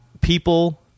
people